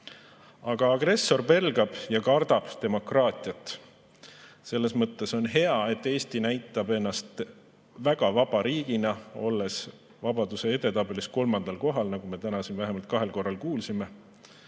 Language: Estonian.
Aga agressor pelgab ja kardab demokraatiat. Selles mõttes on hea, et Eesti näitab ennast väga vaba riigina, olles vabaduse edetabelis kolmandal kohal, nagu me täna siin vähemalt kahel korral kuulsime.